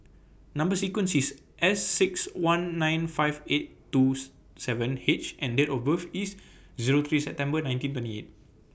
Number sequence IS S six one nine five eight twos seven H and Date of birth IS Zero three September nineteen twenty eight